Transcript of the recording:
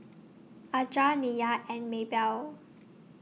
Aja Nyah and Mabell